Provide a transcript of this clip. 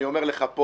אני אומר לפרוטוקול,